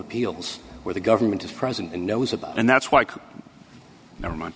appeals where the government is present and knows about and that's why i never mind